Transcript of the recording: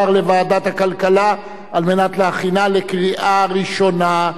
לוועדת הכלכלה כדי להכינה לקריאה ראשונה.